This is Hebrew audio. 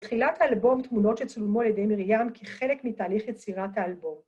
‫תחילת האלבום תמונות שצולמו ‫לידי מרים כחלק מתהליך יצירת האלבום.